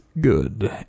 good